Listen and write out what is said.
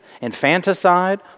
infanticide